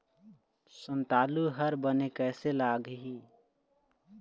संतालु हर बने कैसे लागिही?